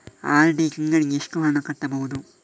RD ತಿಂಗಳಿಗೆ ಎಷ್ಟು ಹಣ ಕಟ್ಟಬಹುದು?